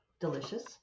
Delicious